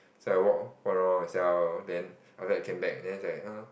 so I walk oh walk around myself then after that came back then she's like !huh!